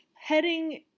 heading